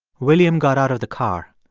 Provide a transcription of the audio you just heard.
william got out of the car.